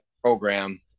program